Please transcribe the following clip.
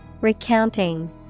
Recounting